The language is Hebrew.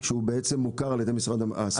שהוא בעצם מוכר על ידי משרד הספורט,